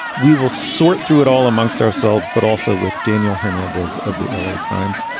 we will sort through it all amongst ourselves, but also with daniel hernandez of the l a. times.